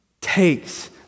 takes